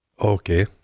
Okay